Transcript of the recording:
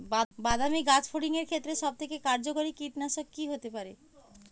বাদামী গাছফড়িঙের ক্ষেত্রে সবথেকে কার্যকরী কীটনাশক কি হতে পারে?